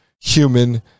human